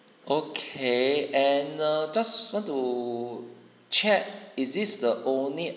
okay and uh just want to check is this the only